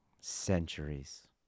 centuries